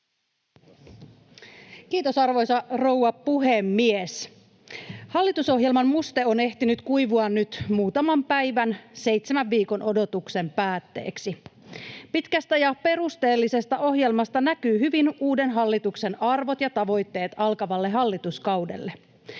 Kiitos, arvoisa rouva puhemies! Hallitusohjelman muste on ehtinyt kuivua nyt muutaman päivän seitsemän viikon odotuksen päätteeksi. Pitkästä ja perusteellisesta ohjelmasta näkyvät hyvin uuden hallituksen arvot ja tavoitteet alkavalle hallituskaudelle.